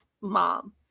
mom